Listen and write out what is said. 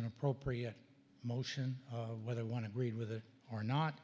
an appropriate motion whether want to read with it or not